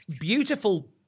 beautiful